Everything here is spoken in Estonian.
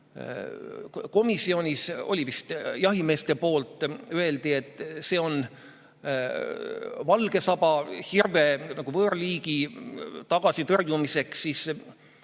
komisjonis vist jahimeeste poolt öeldi, et see on valgesaba hirve, võõrliigi tõrjumiseks, aga